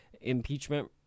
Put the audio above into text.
impeachment